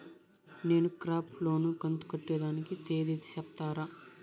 నేను crop loan కంతు కట్టేదానికి తేది సెప్తారా?